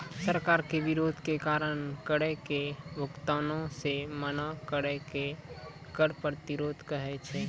सरकार के विरोध के कारण करो के भुगतानो से मना करै के कर प्रतिरोध कहै छै